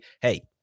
hey